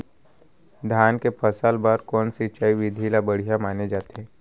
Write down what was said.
धान के फसल बर कोन सिंचाई विधि ला बढ़िया माने जाथे?